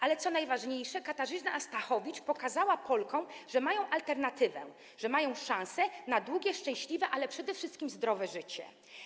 Ale co najważniejsze, Katarzyna Stachowicz pokazała Polkom, że mają alternatywę, mają szansę na długie, szczęśliwe, a przede wszystkim zdrowe życie.